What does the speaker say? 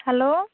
hello